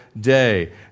day